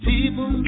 People